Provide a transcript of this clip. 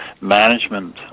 management